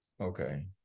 Okay